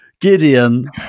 Gideon